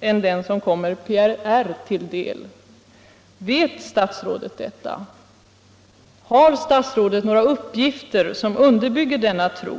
än den som kommer PRR till del. Vet statsrådet detta? Har statsrådet några uppgifter som underbygger denna tro?